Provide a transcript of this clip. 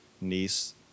niece